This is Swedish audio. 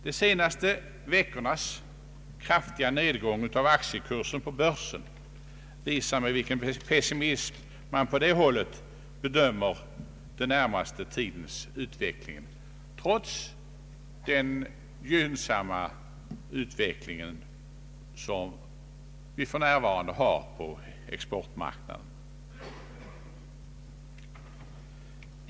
De senaste veckornas kraftiga nedgång av aktiekursen på börsen visar med vilken pessimism man på det hållet bedömer den närmaste tidens utveckling trots den gynnsamma situation som vi för närvarande har på exportmarknaden.